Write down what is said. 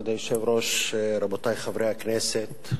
כבוד היושב-ראש, רבותי חברי הכנסת,